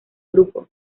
grupo